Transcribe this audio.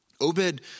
Obed